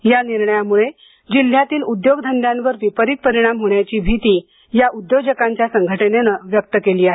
या निर्णयामुळं जिल्ह्यातील उद्योगधंद्यांवर विपरित परिणाम होण्याची भीती या उद्योजकांच्या संघटनेनं व्यक्त केली आहे